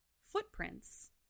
footprints